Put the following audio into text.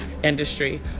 Industry